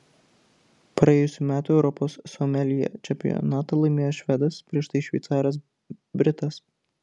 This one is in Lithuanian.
praėjusių metų europos someljė čempionatą laimėjo švedas prieš tai šveicaras britas